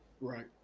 Right